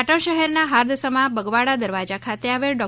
પાટણ શહેરના હાર્દસમા બગવાડા દરવાજા ખાતે આવેલ ડો